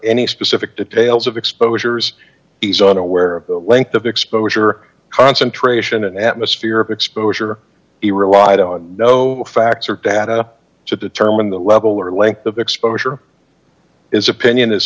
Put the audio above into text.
any specific details of exposures he's unaware of the length of exposure concentration and atmosphere of exposure he relied on no facts or data to determine the level or length of exposure is opinion is